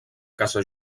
casa